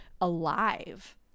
alive